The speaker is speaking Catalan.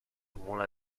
mula